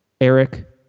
Eric